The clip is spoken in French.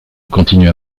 continua